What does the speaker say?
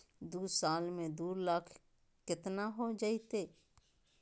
दू साल में दू लाख केतना हो जयते?